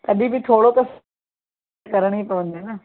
तॾहिं बि थोरो अथसि करिणी पवंदी न